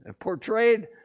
portrayed